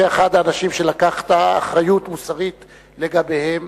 כאחד האנשים שלקחו אחריות מוסרית לגביהם,